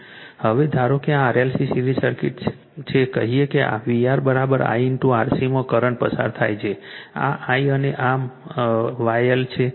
હવે ધારો કે આ RLC સીરિઝ સર્કિટ છે કહીએ કે VR I ઇન્ટુ RC માં કરંટ પસાર થાય છે આ I અને આ mYL છે